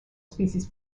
species